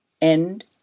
end